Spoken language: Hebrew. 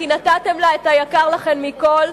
כי נתתן לה את היקר לכן מכול.